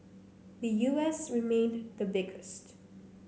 the U S remained the biggest